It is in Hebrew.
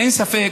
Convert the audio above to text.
אין ספק